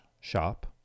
shop